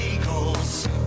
Eagles